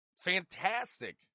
fantastic